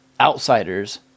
outsiders